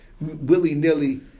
willy-nilly